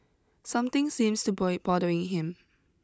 something seems to bothering him